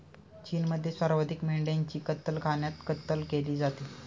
चीनमध्ये सर्वाधिक मेंढ्यांची कत्तलखान्यात कत्तल केली जाते